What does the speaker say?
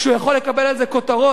כשהוא יכול לקבל על זה כותרות,